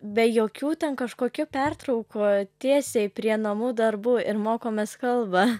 be jokių ten kažkokių pertraukų tiesiai prie namų darbų ir mokomės kalbą